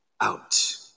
out